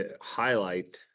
highlight